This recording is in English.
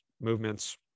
movements